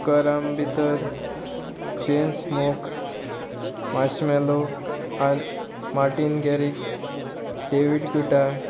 करम भितर Chainsmokers Marshmello आ मार्टीन गॅरिक्स डेवीड ग्वेटा